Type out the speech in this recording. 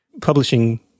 publishing